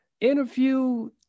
interview